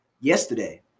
yesterday